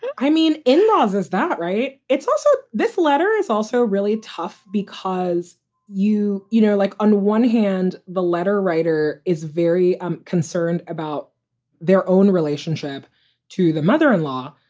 i mean, in laws, is that right? it's. this letter is also really tough because you you know, like on one hand, the letter writer is very um concerned about their own relationship to the mother in law.